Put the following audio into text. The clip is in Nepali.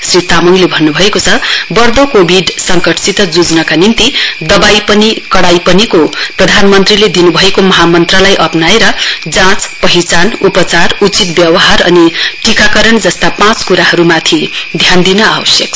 श्री तामङले भन्न्भएकोछ बढ़दो कोविड संक्रमितसित ज्झ्नका निम्ति दवाई पनि कड़ाई पनिको प्रधानमन्त्रीले दिन्भएको महामन्त्रलाई अप्नाएर जाँच पहिचान उपचार उचित व्यावहार अनि टीकाकरण जस्ता पाँच क्राहरूमाथि ध्यान दिन आवश्यक छ